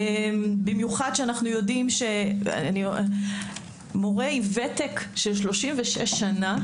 במיוחד שאנו יודעים שמורה ותק של 36 שנה